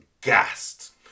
gassed